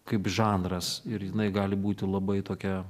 kaip žanras ir jinai gali būti labai tokia